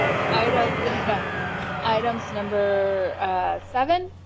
kind of yeah items number seven